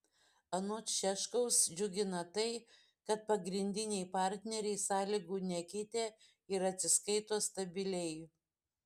anot šiaškaus džiugina tai kad pagrindiniai partneriai sąlygų nekeitė ir atsiskaito stabiliai